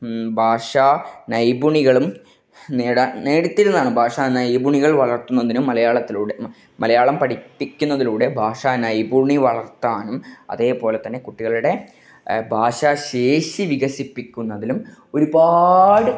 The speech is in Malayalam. ഭാഷാ നൈപുണ്യങ്ങളും നേടാൻ നേടിത്തരുന്നതാണ് ഭാഷാ നൈപുണ്യങ്ങൾ വളർത്തുന്നതിനും മലയാളത്തിലൂടെ മലയാളം പഠിപ്പിക്കുന്നതിലൂടെ ഭാഷാ നൈപുണ്യം വളർത്താനും അതേപോലെ തന്നെ കുട്ടികളുടെ ഭാഷ ശേഷി വികസിപ്പിക്കുന്നതിനും ഒരുപാട്